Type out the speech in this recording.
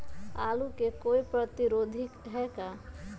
आलू के कोई प्रतिरोधी है का?